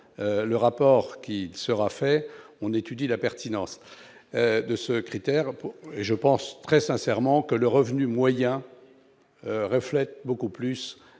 le rapport qui sera fait, on étudie la pertinence de ce critère pour et je pense très sincèrement que le revenu moyen reflète beaucoup plus